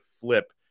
flip